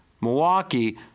Milwaukee